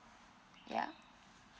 ya